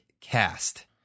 Cast